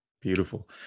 Beautiful